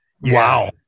Wow